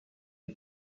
you